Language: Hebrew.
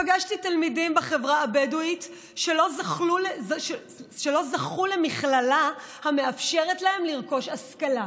פגשתי תלמידים בחברה הבדואית שלא זכו למכללה המאפשרת להם לרכוש השכלה.